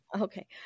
Okay